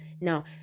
now